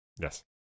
Yes